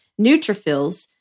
neutrophils